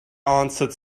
answered